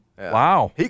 Wow